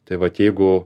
tai vat jeigu